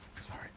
Sorry